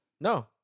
No